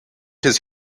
his